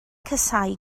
casáu